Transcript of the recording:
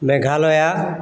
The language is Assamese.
মেঘালয়া